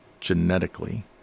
genetically